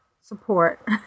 support